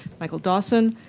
michael dawson,